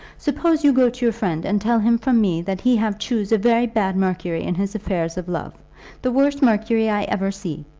suppose you go to your friend and tell him from me that he have chose a very bad mercury in his affairs of love the worst mercury i ever see.